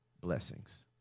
blessings